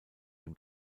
dem